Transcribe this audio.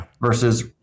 versus